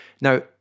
Now